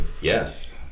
Yes